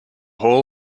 hall